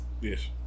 Yes